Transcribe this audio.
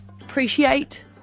appreciate